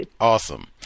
Awesome